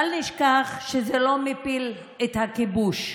בל נשכח שזה לא מפיל את הכיבוש.